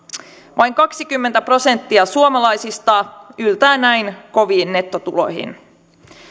vain kaksikymmentä prosenttia suomalaisista yltää näin koviin nettotuloihin